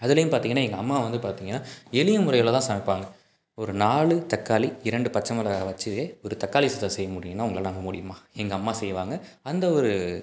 அதுலேயும் பார்த்திங்கன்னா எங்கள் அம்மா வந்து பார்த்திங்கன்னா எளிய முறையில் தான் சமைப்பாங்க ஒரு நாலு தக்காளி இரண்டு பச்சை மிளகா வச்சு ஒரு தக்காளி சாதம் செய்யமுடியும்னா உங்களால் நம்ம முடியுமா எங்க அம்மா செய்வாங்க அந்த ஒரு